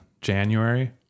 January